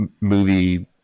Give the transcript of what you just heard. movie